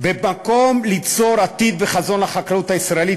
במקום ליצור עתיד וחזון לחקלאות הישראלית,